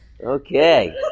Okay